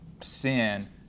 sin